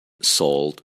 salt